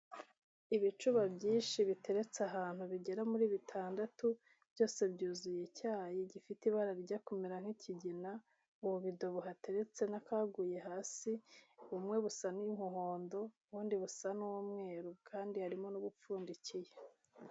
Ibicuba byinshi biteretse ahantu bigera muri bitandatu, byose byuzuye icyayi gifite ibara rijya kumera nk'ikigina, mu bidobo buhateretse n'akaguye hasi, bumwe busa n'umuhondo ubundi busa n'umweru kandi harimo n'ubupfundikiye.